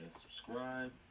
subscribe